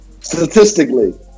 statistically